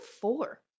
four